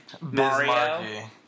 Mario